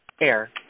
AIR